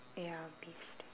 ya beef